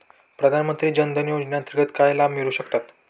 प्रधानमंत्री जनधन योजनेअंतर्गत काय लाभ मिळू शकतात?